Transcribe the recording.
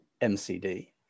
MCD